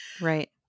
Right